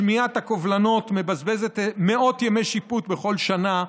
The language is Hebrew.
שמיעת הקובלנות מבזבזת מאות ימי שיפוט בכל שנה,